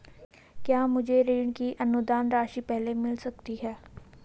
क्या मुझे ऋण की अनुदान राशि पहले मिल सकती है?